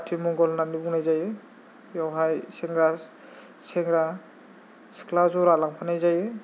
आथिमंगल होननानै बुंनाय जायो बेवहाय सेंग्रा सिख्ला ज'रा लांफानाय जायो